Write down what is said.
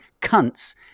cunts